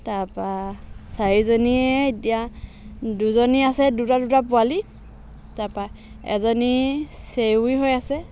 তাপা চাৰিজনীয়ে এতিয়া দুজনী আছে দুটা দুটা পোৱালি তাপা এজনী চেঁউৰী হৈ আছে